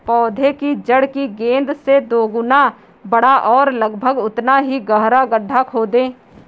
पौधे की जड़ की गेंद से दोगुना बड़ा और लगभग उतना ही गहरा गड्ढा खोदें